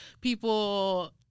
people